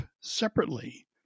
separately